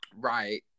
right